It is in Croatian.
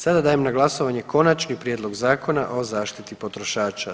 Sada dajem na glasovanje Konačni prijedlog Zakona o zaštiti potrošača.